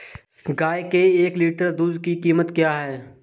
गाय के एक लीटर दूध की कीमत क्या है?